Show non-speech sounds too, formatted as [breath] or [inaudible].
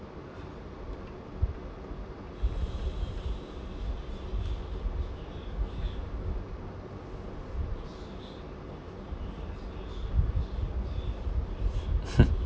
[breath] [laughs]